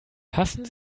passen